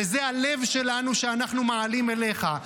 וזה הלב שלנו שאנחנו מעלים אליך.